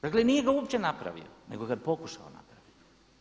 Dakle nije ga uopće napravio, nego ga je pokušao napraviti.